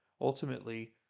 ultimately